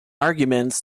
arguments